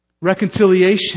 Reconciliation